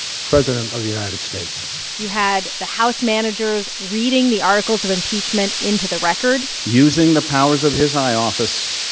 president of the united states you had the house managers reading the articles of impeachment into the record using the powers of his high office,